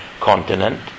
continent